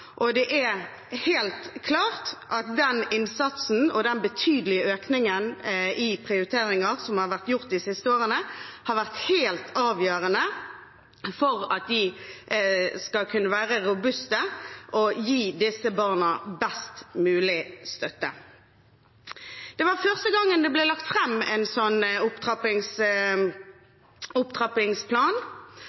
og det er helt klart at den innsatsen og den betydelige økningen i prioriteringer som har vært gjort de siste årene, har vært helt avgjørende for at de skal kunne være robuste og gi disse barna best mulig støtte. Dette var første gangen det ble lagt fram en sånn opptrappingsplan,